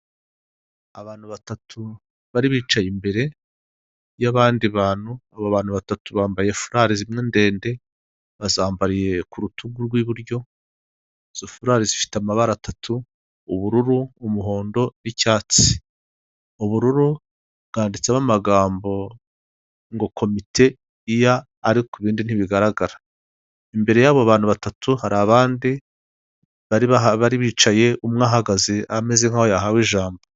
Umugore wambaye ikanzu y'igitenge ahagaze mu nzu ikorerwamo ubucuruzi bw'imyenda idoze, nayo imanitse ku twuma dufite ibara ry'umweru, hasi no hejuru ndetse iyo nzu ikorerwamo ubucuruzi ifite ibara ry'umweru ndetse n'inkingi zishinze z'umweru zifasheho iyo myenda imanitse.